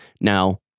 Now